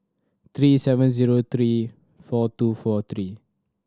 three seven zero three four two four three